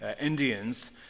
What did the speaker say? Indians